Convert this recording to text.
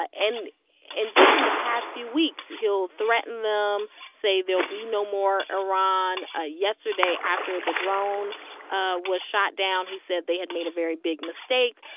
and and just in the past few weeks, he'll threaten them, say there'll be no more iran. ah yesterday, after the drone ah was shot down, he said they had made a very big mistake.